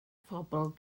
phobl